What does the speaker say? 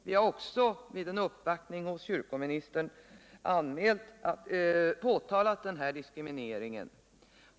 Vi har också vid en uppvaktning hos kyrkoministern påtalat denna diskriminering.